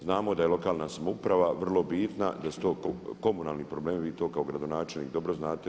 Znamo da je lokalna samouprava vrlo bitna, da su to komunalni problemi, vi to kao gradonačelnik dobro znate.